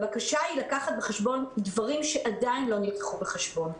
הבקשה היא לקחת בחשבון דברים שעדיין לא נלקחו בחשבון.